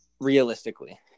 Realistically